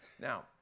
Now